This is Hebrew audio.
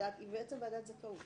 ועדת זכאות